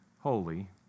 holy